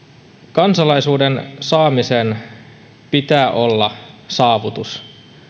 kansalaisuuden saamisen pitää olla saavutus